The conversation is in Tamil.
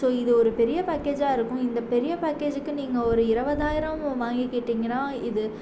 ஸோ இது ஒரு பெரிய பேக்கேஜாக இருக்கும் இந்த பெரிய பேக்கேஜூக்கு நீங்கள் ஒரு இருபதாயிரம் வாங்கிகிட்டிங்கனா இது